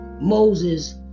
Moses